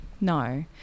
No